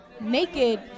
Naked